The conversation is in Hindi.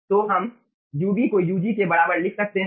तो हम ub को Ug के बराबर लिख सकते है